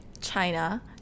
China